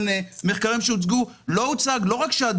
אדבר רק על